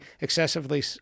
excessively